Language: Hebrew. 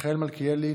מיכאל מלכיאלי,